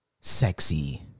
sexy